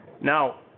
Now